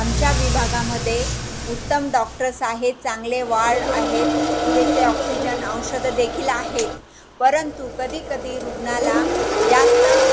आमच्या विभागामध्ये उत्तम डॉक्टर्स आहेत चांगले वार्ड आहेत पुरेसे ऑक्सिजन औषधं देखील आहेत परंतु कधीकधी रुग्णाला जास्त